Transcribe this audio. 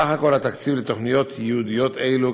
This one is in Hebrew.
סך הכול התקציב לתוכניות ייעודיות אלו,